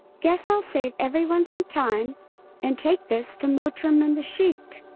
guess i'll save everyone some time and take this to mortrim and the sheik.